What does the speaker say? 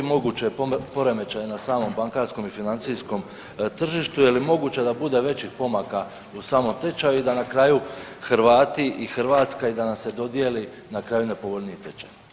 Moguće je poremećaj na samom bankarskom i financijskom tržištu, je li moguće da bude većih pomaka u samom tečaju i da na kraju Hrvati i Hrvatska i da nam se dodijeli na kraju nepovoljniji tečaj?